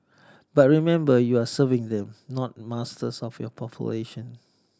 but remember you are serving them not masters of your population